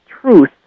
truth